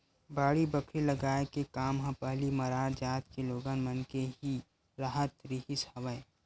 बाड़ी बखरी लगाए के काम ह पहिली मरार जात के लोगन मन के ही राहत रिहिस हवय